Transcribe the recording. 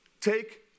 Take